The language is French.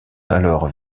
alors